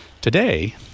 Today